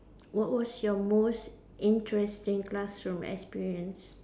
what was your most interesting classroom experience